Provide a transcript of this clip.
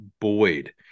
Boyd